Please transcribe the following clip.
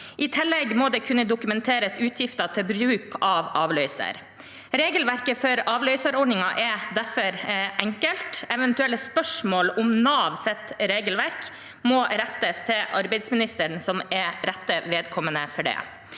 I tillegg må det kunne dokumenteres utgifter til bruk av avløser. Regelverket for avløserordningen er derfor enkelt. Eventuelle spørsmål om Navs regelverk må rettes til arbeidsministeren, som er rette vedkommende for det.